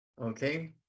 okay